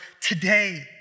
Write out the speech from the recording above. today